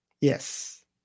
yes